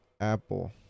Apple